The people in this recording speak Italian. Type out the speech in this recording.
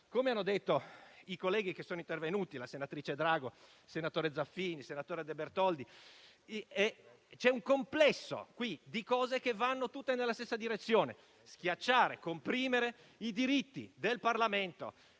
Come hanno detto i colleghi intervenuti - la senatrice Drago e i senatori Zaffini e De Bertoldi - c'è qui un complesso di cose che vanno tutte nella stessa direzione: schiacciare e comprimere i diritti del Parlamento